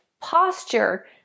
posture